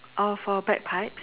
oh for bagpipes